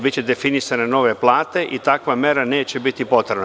Biće definisane nove plate i takva mera neće biti potrebna.